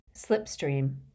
slipstream